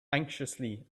anxiously